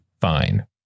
fine